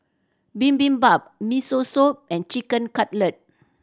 Bibimbap Miso Soup and Chicken Cutlet